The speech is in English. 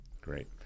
Great